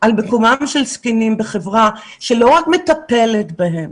על מקומם של זקנים בחברה שלא רק מטפלת בהם,